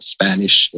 Spanish